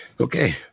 Okay